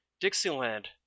Dixieland